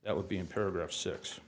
that would be in paragraph six